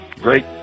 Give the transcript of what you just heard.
great